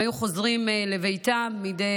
הם היו חוזרים לביתם אחת